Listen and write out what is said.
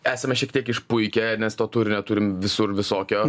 esame šiek tiek išpuikę nes to turinio turim visur visokio